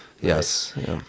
yes